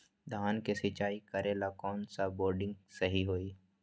धान के सिचाई करे ला कौन सा बोर्डिंग सही होई?